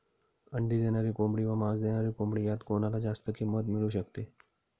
अंडी देणारी कोंबडी व मांस देणारी कोंबडी यात कोणाला जास्त किंमत मिळू शकते?